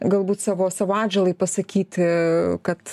galbūt savo savo atžalai pasakyti kad